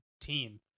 team